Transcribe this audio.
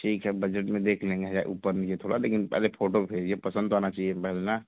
ठीक है बजेट में देख लेंगे हजार ऊपर नीचे थोड़ा लेकिन पहले फोटो भेजिए पसंद तो आना चाहिए पहले ना